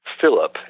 Philip